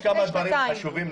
יש כמה דברים חשובים,